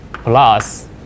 plus